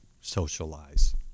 socialize